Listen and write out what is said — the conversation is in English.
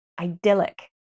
idyllic